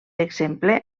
exemple